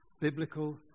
Biblical